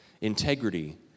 Integrity